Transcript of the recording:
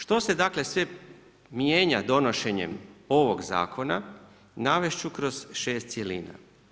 Što se dakle sve mijenja donošenjem ovog zakona, navest ću kroz šest cjelina.